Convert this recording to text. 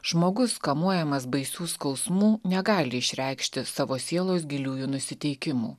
žmogus kamuojamas baisių skausmų negali išreikšti savo sielos giliųjų nusiteikimų